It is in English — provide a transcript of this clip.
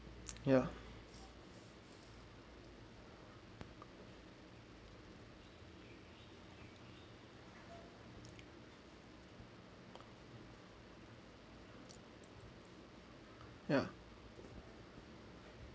ya ya